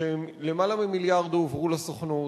ולמעלה ממיליארד הועברו לסוכנות.